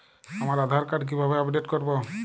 আমার আধার কার্ড কিভাবে আপডেট করব?